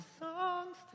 songs